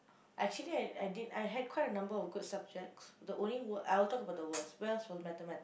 actually I I did I had quite a number of good subjects the only worst I'll talk about the worst worst was the Mathematics